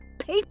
paper